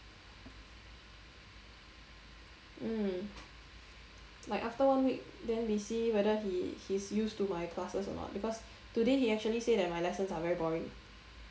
mm like after one week then we see whether he he's used to my classes or not because today he actually say that my lessons are actually very boring